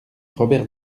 robert